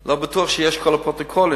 לא בטוח שיש כל הפרוטוקולים,